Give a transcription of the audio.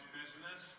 business